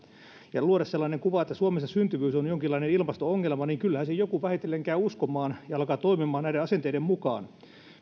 ja luoda sellainen kuva että suomessa syntyvyys on jonkinlainen ilmasto ongelma niin kyllähän sen joku vähitellen käy uskomaan ja alkaa toimimaan näiden asenteiden mukaan